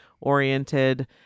oriented